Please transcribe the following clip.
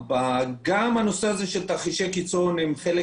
גם הנושא הזה של תרחישי קיצון הוא חלק